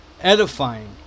edifying